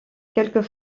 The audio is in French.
quelques